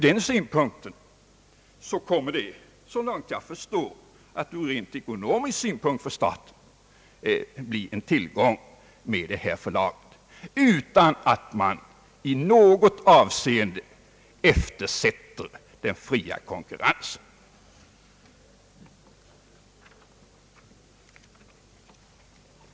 Därför kommer detta förlag, så långt jag förstår, att rent ekonomiskt bli en tillgång för staten utan att man i något avseende eftersätter den fria konkurrensen.